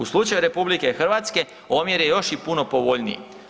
U slučaju RH omjer je još i puno povoljniji.